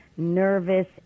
nervous